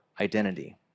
identity